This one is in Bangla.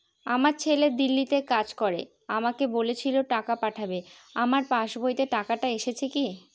আমার ছেলে দিল্লীতে কাজ করে আমাকে বলেছিল টাকা পাঠাবে আমার পাসবইতে টাকাটা এসেছে কি?